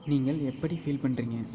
நீங்கள் எப்படி ஃபீல் பண்ணுறீங்க